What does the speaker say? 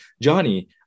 Johnny